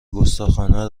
گستاخانه